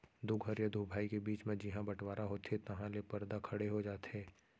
दू घर या दू भाई के बीच म जिहॉं बँटवारा होथे तहॉं ले परदा खड़े हो जाथे